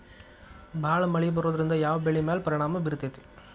ಭಾಳ ಮಳಿ ಬರೋದ್ರಿಂದ ಯಾವ್ ಬೆಳಿ ಮ್ಯಾಲ್ ಪರಿಣಾಮ ಬಿರತೇತಿ?